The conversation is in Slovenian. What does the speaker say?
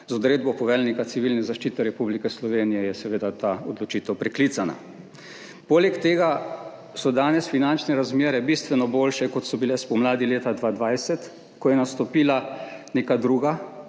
Z odredbo poveljnika Civilne zaščite Republike Slovenije je seveda ta odločitev preklicana. Poleg tega so danes finančne razmere bistveno boljše kot so bile spomladi leta 2020, ko je nastopila neka druga,